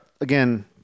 again